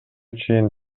чейин